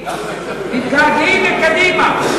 למרות שאנחנו מתגעגעים לממשלת קדימה,